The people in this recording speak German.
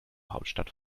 hauptstadt